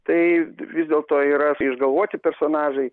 tai vis dėlto yra išgalvoti personažai